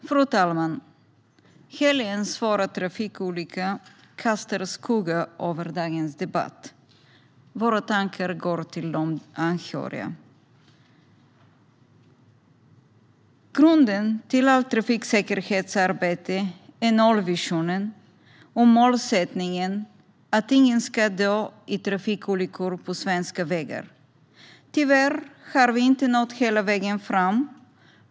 Fru talman! Den svåra trafikolyckan i helgen kastar en skugga över vår debatt i dag. Våra tankar går till de anhöriga. Grunden för allt trafiksäkerhetsarbete är nollvisionen. Målsättningen är att ingen ska dö i trafikolyckor på svenska vägar. Tyvärr har vi inte nått hela vägen.